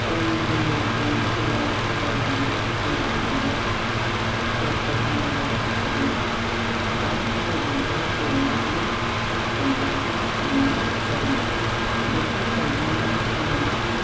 अन गुन्दैखौ दैयाव गलायनानै दै गुदुङाव लखबनांगौ आरो दाउ बेदरबो एवनानै अनलाजों संनाय जायो बेफोरबायदिनो जोङो